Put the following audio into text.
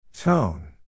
Tone